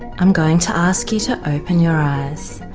i'm going to ask you to open your eyes,